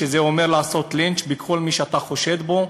שזה אומר לעשות לינץ' בכל מי שאתה חושד בו,